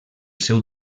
seu